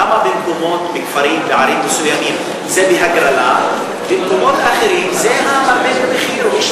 למה בכפרים או בערים מסוימות זה בהגרלה ובמקומות אחרים זה המרבה במחיר?